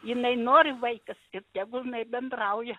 jinai nori vaikas ir tegul jinai bendrauja